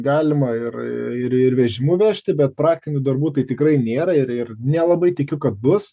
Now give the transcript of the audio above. galima ir ir vežimu vežti bet praktinių darbų tai tikrai nėra ir ir nelabai tikiu kad bus